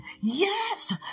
Yes